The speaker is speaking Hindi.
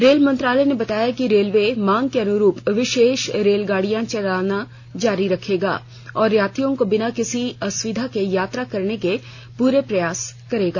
रेल मंत्रालय ने बताया रेलवे मांग के अनुरूप विशेष रेलगाडियां चलाना जारी रखेगा और यात्रियों को बिना किसी असुविधा के यात्रा कराने के पूरे प्रयास करेगा